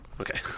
Okay